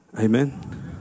Amen